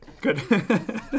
Good